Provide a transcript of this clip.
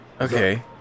Okay